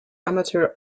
amateur